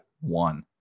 one